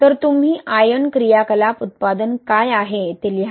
तर तुम्ही आयन क्रियाकलाप उत्पादन काय आहे ते लिहा